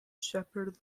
shepherd